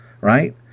right